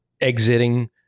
exiting